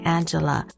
Angela